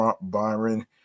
Byron